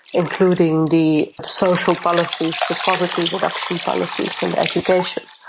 including the social policies, the poverty reduction policies and education.